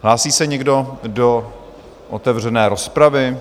Hlásí se někdo do otevřené rozpravy?